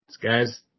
guys